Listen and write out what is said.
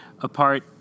apart